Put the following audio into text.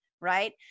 right